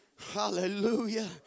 Hallelujah